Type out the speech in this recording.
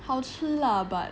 好吃 lah but